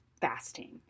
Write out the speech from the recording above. fasting